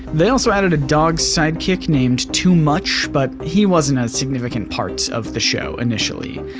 they also added a dog's sidekick named too much but he wasn't a significant part of the show initially.